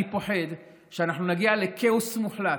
אני פוחד שאנחנו נגיע לכאוס מוחלט,